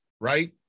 right